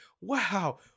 Wow